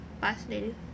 fascinating